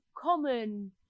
common